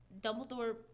Dumbledore